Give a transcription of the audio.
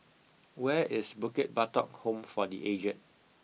where is Bukit Batok Home for the Aged